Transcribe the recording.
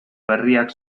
berriak